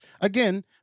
again